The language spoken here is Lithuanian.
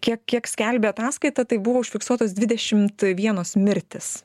kiek kiek skelbė ataskaita tai buvo užfiksuotas dvidešimt vienos mirtys